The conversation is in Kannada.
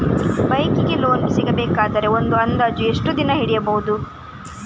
ಬೈಕ್ ಗೆ ಲೋನ್ ಸಿಗಬೇಕಾದರೆ ಒಂದು ಅಂದಾಜು ಎಷ್ಟು ದಿನ ಹಿಡಿಯಬಹುದು?